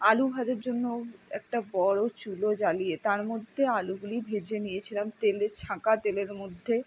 আলু ভাজার জন্যও একটা বড়ো চুলো জ্বালিয়ে তার মধ্যে আলুগুলি ভেজে নিয়েছিলাম তেলে ছাঁকা তেলের মধ্যে